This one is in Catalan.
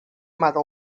mata